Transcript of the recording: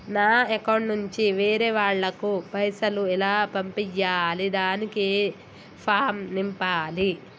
నా అకౌంట్ నుంచి వేరే వాళ్ళకు పైసలు ఎలా పంపియ్యాలి దానికి ఏ ఫామ్ నింపాలి?